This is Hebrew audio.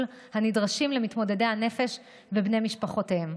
הנדרשים למתמודדי הנפש ובני משפחותיהם.